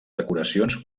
decoracions